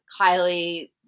Kylie